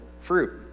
fruit